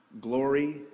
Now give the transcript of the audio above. glory